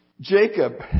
Jacob